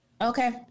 Okay